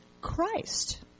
Christ